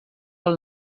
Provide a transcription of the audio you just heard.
del